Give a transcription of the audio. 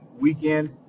weekend